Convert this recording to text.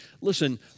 listen